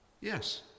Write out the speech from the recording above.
Yes